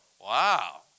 wow